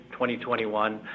2021